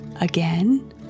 Again